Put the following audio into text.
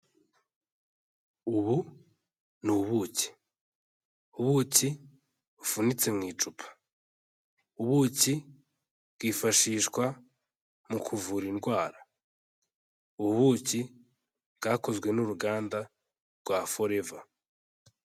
Ubu ni ubuki ubuki, ubuki bufunitse mu icupa, ubuki bwifashishwa mu kuvura indwara, ubu buki bwakozwe n'uruganda rwa Forever.